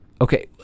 Okay